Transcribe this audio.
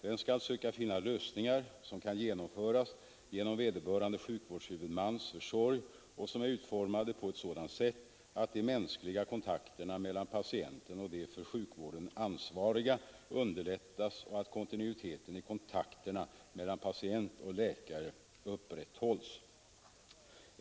Den skall söka finna lösningar som kan genomföras genom vederbörande sjukvårdshuvudmans försorg och som är utformade på ett sådant sätt att de mänskliga kontakterna mellan patienten och de för sjukvården ansvariga underlättas och att kontinuiteten i kontakterna mellan patient och läkare upprätthålls.